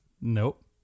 Nope